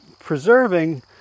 Preserving